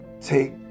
take